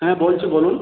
হ্যাঁ বলছি বলুন